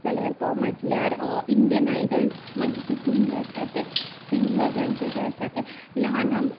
जाल्यार तो म्हटल्यार इंडियन आयडॉल मागीर तितून जें आसा तें सिंगर्सांचें जें आसा तें ल्हानांक